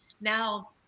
Now